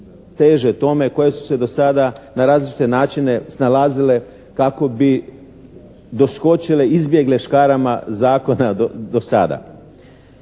teže tome koje su se do sada na različite načine snalazile kako bi doskočile, izbjegle škarama zakona do sada.